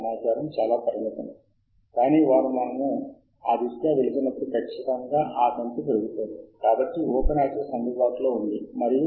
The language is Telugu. మరియు మనం ఎండ్ నోట్లోకి మనం లాగిన్ అవ్వడానికి కారణం మనము ఎంపిక చేసుకున్న సూచనలను జాబితాలుగా కూడబెట్టాలనుకుంటున్నాము సూమరియు మనము ఆ జాబితాలను వేర్వేరు ఆకృతులలో ముఖ్యంగా బిబ్టెక్స్ మరియు ఆర్ఐయస్ ఆకృతులలో ఎగుమతి చేయాలనుకుంటున్నాము